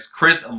Chris